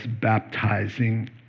baptizing